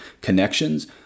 connections